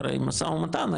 אחרי משא ומתן,